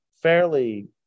fairly